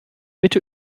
bitte